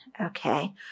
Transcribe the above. Okay